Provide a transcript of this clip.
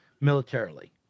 militarily